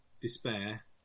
despair